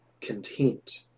content